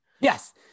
Yes